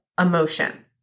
emotion